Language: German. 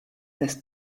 dass